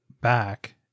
back